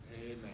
Amen